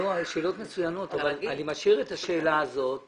שאלות מצוינות אבל אני משאיר את השאלה הזאת